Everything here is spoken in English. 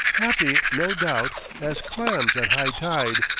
happy, no doubt, as clams at high tide,